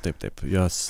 taip taip jos